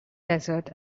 desert